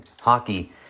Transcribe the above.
hockey